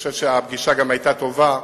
אני חושב שהפגישה גם היתה טובה.